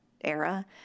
era